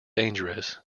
dangerous